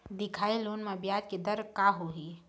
दिखाही लोन म ब्याज के दर का होही?